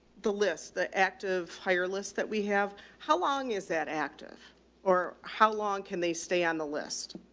the list, the act of higher lists that we have. how long is that active or how long can they stay on the list?